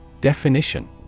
definition